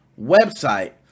website